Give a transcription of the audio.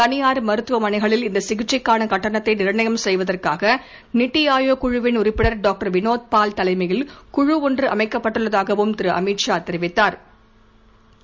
தனியார் மருத்துவமனைகளில் இந்த சிகிச்சைக்கான கட்டணத்தை நிர்ணயம் செய்வதற்காக நித்தி ஆயோக் குழுவின் உறுப்பினர் டாக்டர் வினோத் பால் தலைமையில் குழு ஒன்று அமைக்கப்படடுள்ளதாகவும்திரு அமித்ஷா தெரிவித்தாா்